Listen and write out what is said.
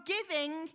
Giving